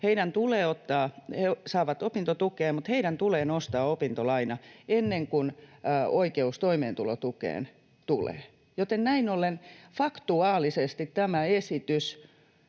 saavat opintotukea, mutta heidän tulee nostaa opintolaina ennen kuin oikeus toimeentulotukeen tulee. Näin ollen faktuaalisesti tämä esitys